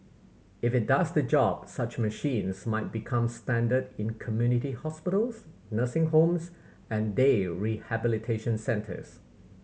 if it does the job such machines might become standard in community hospitals nursing homes and day rehabilitation centres